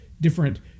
different